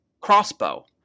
crossbow